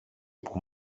όπου